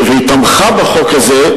והיא תמכה בחוק הזה,